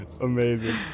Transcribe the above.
Amazing